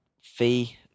fee